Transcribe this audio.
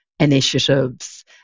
initiatives